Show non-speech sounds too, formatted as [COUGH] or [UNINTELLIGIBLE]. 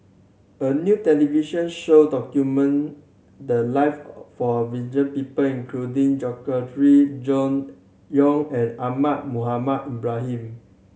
a new television show document the live [UNINTELLIGIBLE] for [UNINTELLIGIBLE] people including Gregory Yong and Ahmad Mohamed Ibrahim